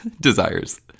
desires